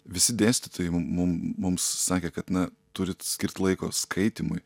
visi dėstytojai mum mum mums sakė kad na turit skirt laiko skaitymui